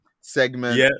segment